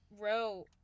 row